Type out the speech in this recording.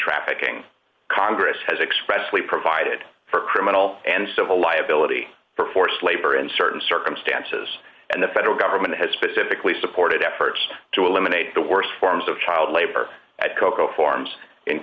trafficking congress has expressly provided for criminal and civil liability for forced labor in certain circumstances and the federal government has specifically supported efforts to eliminate the worst forms of child labor at cocoa farms in